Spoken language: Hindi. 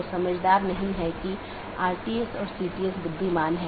यह ओपन अपडेट अधिसूचना और जीवित इत्यादि हैं